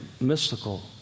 mystical